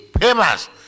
famous